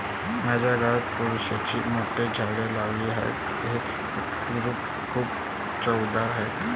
माझ्या गावात पेरूची मोठी झाडे लावली आहेत, हे पेरू खूप चवदार आहेत